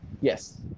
Yes